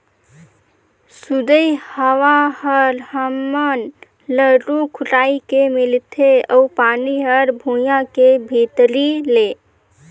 सुदय हवा हर हमन ल रूख राई के मिलथे अउ पानी हर भुइयां के भीतरी ले